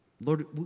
Lord